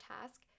task